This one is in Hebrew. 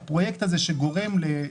הפרויקט הזה של חשמול הרכבת גורם לנתיבות,